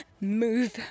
Move